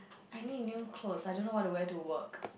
I need new clothes I don't know what to wear to work